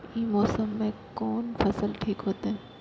ई मौसम में कोन फसल ठीक होते?